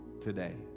today